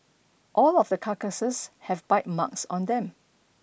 all of the carcasses have bite marks on them